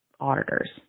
auditors